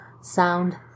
sound